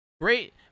Great